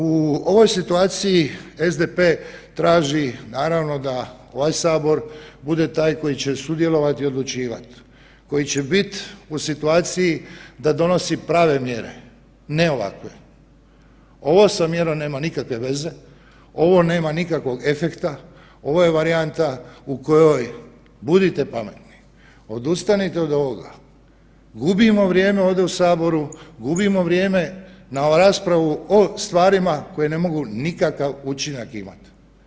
U ovoj situaciji SDP traži naravno da ovaj sabor bude taj koji će sudjelovati i odlučivati, koji će biti u situaciji da donosi prave mjere, ne ovakve, ovo sa mjerom nema nikakve veze, ovo nema nikakvog efekta, ovo je varijanta u kojoj budite pametni, odustanite od ovoga, gubimo vrijeme ovdje u saboru, gubimo vrijeme na raspravu o stvarima koje ne mogu nikakav učinak imati.